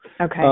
okay